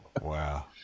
wow